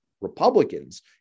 Republicans